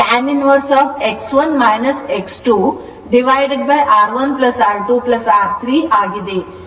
ಏಕೆಂದರೆ XX1 X2 ಆಗಿರುತ್ತದೆ